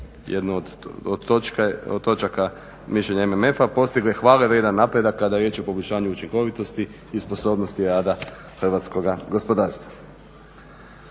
jednu od točaka mišljenja MMF-a, postigli hvalevrijedan napredak kada je riječ o poboljšanju učinkovitosti i sposobnosti rada hrvatskoga gospodarstva.